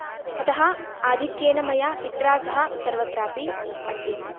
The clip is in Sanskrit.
अतः आधिक्येन मया पित्रा सह सर्वत्रापि अट्यते